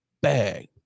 bag